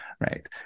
Right